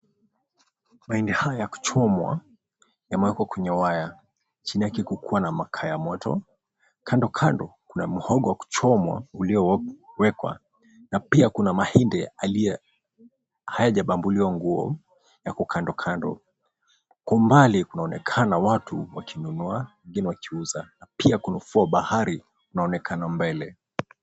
Mahindi haya yakuchomwa yameekwa kwenye waya chini yake kukiwa na makaa ya moto kando kando kuna mhogo wa kuchomwa uliowekwa na pia kuna mahindi hayajabambuliwa nguo yako kando kando, kwa umbali kunaonekana watu wakinunua wengine wakiuza na pia kuna ufuo wa bahari unaonekana mbele.